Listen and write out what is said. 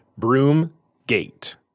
Broomgate